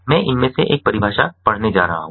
मैं इनमें से एक परिभाषा पढ़ने जा रहा हूं